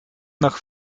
nach